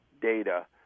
data